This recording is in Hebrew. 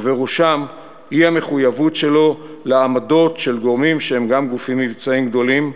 ובראשם האי-מחויבות שלו לעמדות של גורמים שהם גם גופים מבצעיים גדולים,